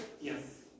Yes